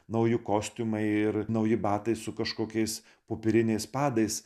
nauji kostiumai ir nauji batai su kažkokiais popieriniais padais